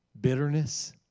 bitterness